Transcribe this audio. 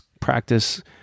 practice